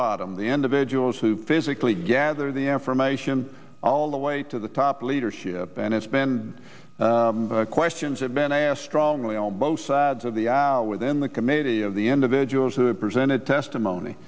bottom the individuals who physically gather the information all the way to the top leadership and it's been questions have been asked strongly on both sides of the hour within the committee of the individuals who have presented testimony